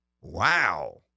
Wow